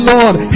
Lord